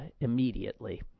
immediately